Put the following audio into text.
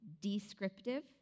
descriptive